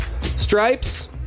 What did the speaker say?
Stripes